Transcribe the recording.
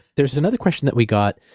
there was another question that we got.